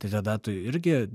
tai tada tu irgi